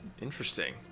Interesting